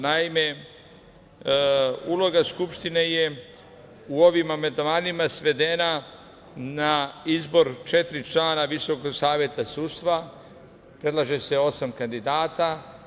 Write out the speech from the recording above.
Naime, uloga Skupštine u ovim amandmanima svedena je na izbor četiri člana Visokog saveta sudstva, predlaže se osam kandidata.